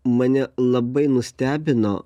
mane labai nustebino